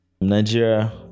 Nigeria